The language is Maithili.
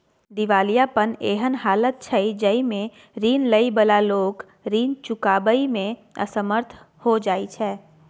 दिवालियापन एहन हालत छइ जइमे रीन लइ बला लोक रीन चुकाबइ में असमर्थ हो जाइ छै